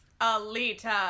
Alita